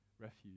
refuge